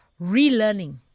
relearning